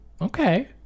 okay